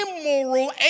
immoral